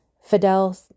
Fidel